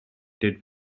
did